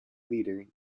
leader